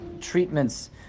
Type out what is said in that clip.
treatments